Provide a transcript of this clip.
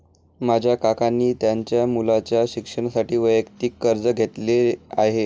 माझ्या काकांनी त्यांच्या मुलाच्या शिक्षणासाठी वैयक्तिक कर्ज घेतले आहे